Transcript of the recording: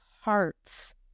hearts